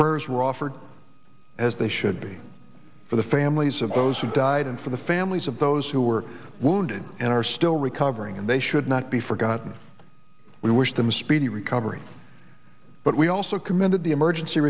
purrs were offered as they should be for the families of those who died and for the families of those who were wounded and are still recovering and they should not be forgotten we wish them a speedy recovery but we also committed the emergency